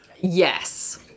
Yes